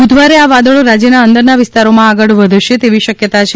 બુધવારે આ વાદળો રાજ્યના અંદરના વિસ્તારોમાં આગળ વધશે તેવી શક્યતા છે